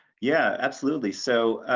yeah, absolutely. so,